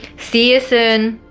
see you soon